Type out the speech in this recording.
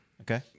Okay